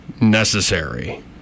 necessary